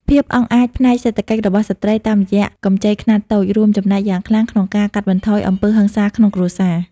ភាពអង់អាចផ្នែកសេដ្ឋកិច្ចរបស់ស្ត្រីតាមរយៈកម្ចីខ្នាតតូច រួមចំណែកយ៉ាងខ្លាំងក្នុងការកាត់បន្ថយអំពើហិង្សាក្នុងគ្រួសារ។